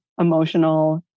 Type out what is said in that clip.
emotional